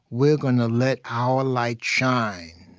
we're gonna let our light shine.